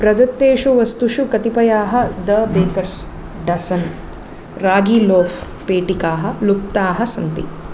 प्रदत्तेषु वस्तुषु कतिपयाः द बेकर्स् डसन् रागीलोफ़् पेटिकाः लुप्ताः सन्ति